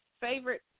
favorite